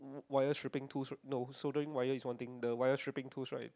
wire shipping tool no so during wire is one thing the wire shipping tool right